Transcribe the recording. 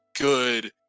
good